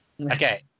Okay